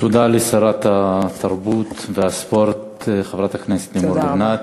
תודה לשרת התרבות והספורט חברת הכנסת לימור לבנת.